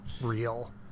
real